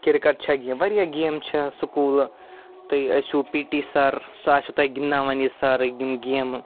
cricket چھِ game واریاہ گیمہٕ چھِ سُکوٗلہٕ تُہۍ ٲسوٕ پی ٹی سَر سُہ آسوٕ تۄہہِ گِنٛدناوان یہِ سَر یِم گیمہٕ